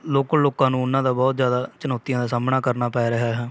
local ਲੋਕਾਂ ਨੂੰ ਉਹਨਾਂ ਦਾ ਬਹੁਤ ਜ਼ਿਆਦਾ ਚੁਣੌਤੀਆਂ ਦਾ ਸਾਹਮਣਾ ਕਰਨਾ ਪੈ ਰਿਹਾ ਹੈ